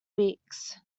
weeks